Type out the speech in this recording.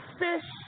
fish